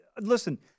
Listen